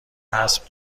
اسب